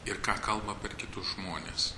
ir ką kalba per kitus žmones